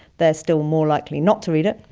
they are still more likely not to read it.